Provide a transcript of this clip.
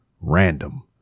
random